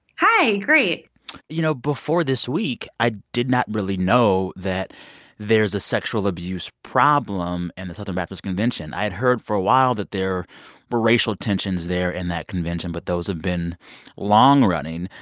hi. great you know, before this week, i did not really know that there's a sexual abuse problem in the southern baptist convention. i had heard for a while that there were racial tensions there in that convention, but those have been long-running.